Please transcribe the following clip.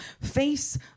face